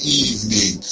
evening